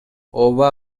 ооба